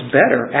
better